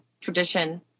tradition